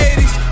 80s